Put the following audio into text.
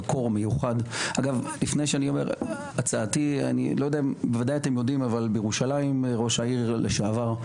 אני לא יודע אם אתם יודעים אבל בירושלים ראש העיר לשעבר,